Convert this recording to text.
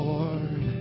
Lord